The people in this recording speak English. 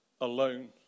alone